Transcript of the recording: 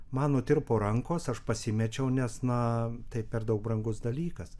man nutirpo rankos aš pasimečiau nes na tai per daug brangus dalykas